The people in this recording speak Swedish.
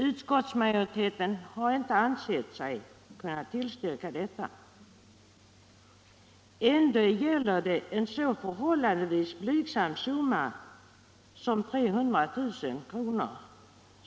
Utskottsmajoriteten har inte ansett sig kunna tillstyrka detta. Ändå gäller det en så förhållandevis blygsam summa som 300 000 kr.